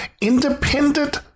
independent